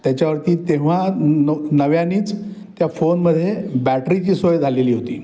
त्याच्यावरती तेव्हा न नव्यानेच त्या फोनमध्ये बॅटरीची सोय झालेली होती